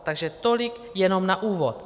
Takže tolik jenom na úvod.